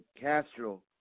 Castro